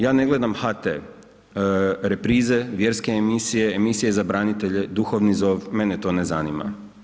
Ja ne gledam HT, reprize, vjerske emisije, emisije za branitelje, duhovni zov, mene to ne zanima.